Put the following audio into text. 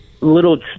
little